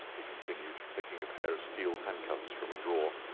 he continued, taking a pair of steel handcuffs from a drawer.